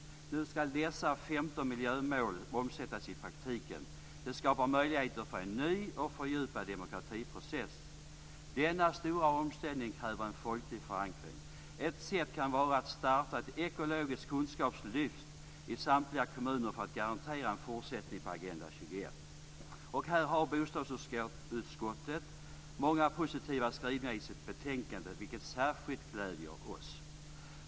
Nu ska dessa 15 miljömål omsättas i praktiken. Det skapar möjligheter för en ny och fördjupad demokratiprocess. Denna stora omställning kräver en folklig förankring. Ett sätt kan vara att starta ett ekologiskt kunskapslyft i samtliga kommuner för att garantera en fortsättning på Agenda 21. Här har bostadsutskottet många positiva skrivningar i sitt betänkande, vilket särskilt gläder mig.